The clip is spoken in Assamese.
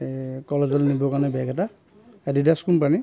কলেজলৈ নিবৰ কাৰণে বেগ এটা এডিডাছ কোম্পানী